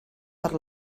per